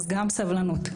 אז סבלנות.